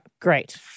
Great